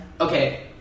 Okay